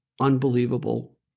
unbelievable